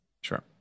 Sure